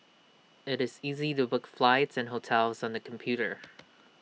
IT is easy to book flights and hotels on the computer